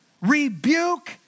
rebuke